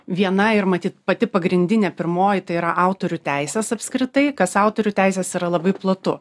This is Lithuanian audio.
viena ir matyt pati pagrindinė pirmoji tai yra autorių teisės apskritai kas autorių teisės yra labai platu